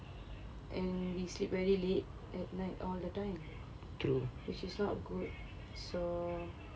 and we sleep very late at night all the time which is not good so